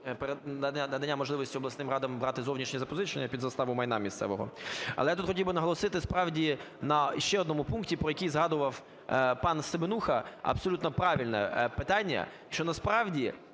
надання можливості обласним радам брати зовнішнє запозичення під заставу майна місцевого. Але тут хотів би наголосити справді ще на одному пункті, про який згадував пан Семенуха. Абсолютно правильне питання, що насправді